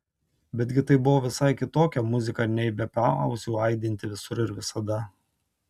betgi tai buvo visai kitokia muzika nei be pauzių aidinti visur ir visada